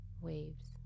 waves